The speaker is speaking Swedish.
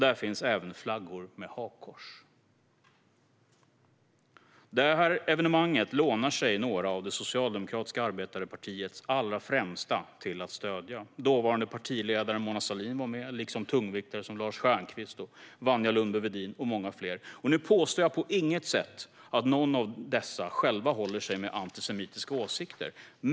Där fanns även flaggor med hakkors. Det evenemanget lånade sig några av Arbetarepartiet socialdemokraternas allra främsta till att stödja. Dåvarande partiledaren Mona Sahlin var med, liksom tungviktare som Lars Stjernkvist och Wanja-Lundby Wedin och många fler. Jag påstår på inget sätt att någon av dessa håller sig med antisemitiska åsikter.